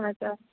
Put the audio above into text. हजुर